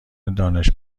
دانش